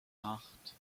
acht